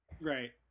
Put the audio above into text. Right